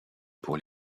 pour